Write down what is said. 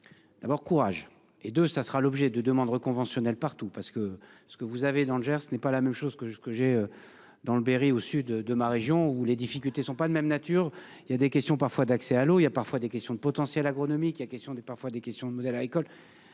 D'abord, courage et de ça sera l'objet de demandes conventionnel partout parce que ce que vous avez dans le Gers n'est pas la même chose que ce que j'ai. Dans le Berry, au sud de ma région où les difficultés sont pas de même nature. Il y a des questions parfois d'accès à l'eau, il y a parfois des questions de potentiel agronomique a question des parfois des questions de modèle agricole.